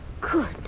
Good